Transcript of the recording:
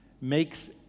makes